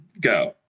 go